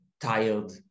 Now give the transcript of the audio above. tired